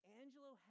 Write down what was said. Angelo